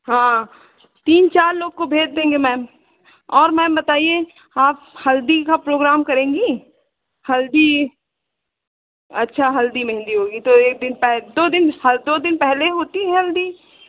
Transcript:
हाँ तीन चार लोग को भेज देंगे मैम और मैम बताइए आप हल्दी का प्रोग्राम करेंगी हल्दी अच्छा हल्दी महंदी होगी तो एक दिन पह दो दिन ह दो दिन पहले होती है हल्दी